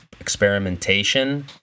experimentation